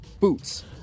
boots